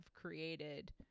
created